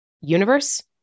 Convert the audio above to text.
universe